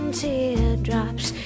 teardrops